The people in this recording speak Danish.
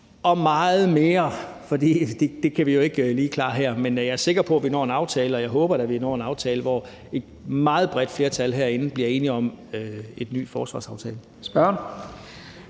og meget mere. Det kan vi jo ikke lige klare her. Men jeg er sikker på, at vi når en aftale, og jeg håber da, at vi når en aftale, hvor et meget bredt flertal herinde bliver enige om en ny forsvarsaftale.